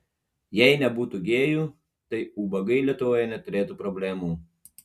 jei nebūtų gėjų tai ubagai lietuvoje neturėtų problemų